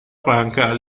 franca